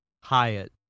Hyatt